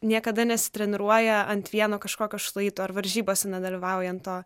niekada nesitreniruoja ant vieno kažkokio šlaito ar varžybose nedalyvauja ant to